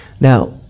Now